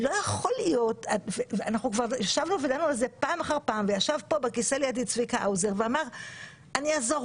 אני הבנתי מה היא אמרה.